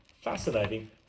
fascinating